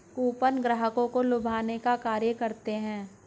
coupon ग्राहकों को लुभाने का कार्य करते हैं